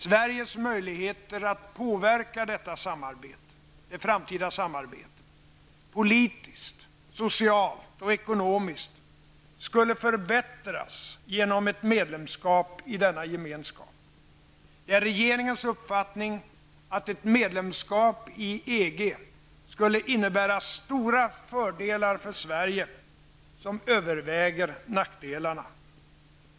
Sveriges möjligheter att påverka detta framtida samarbete -- politiskt, socialt och ekonomiskt -- skulle förbättras genom ett medlemskap i denna gemenskap. Det är regeringens uppfattning att ett medlemskap i EG skulle innebära stora fördelar för Sverige, som överväger nackdelarna.